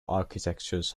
architectures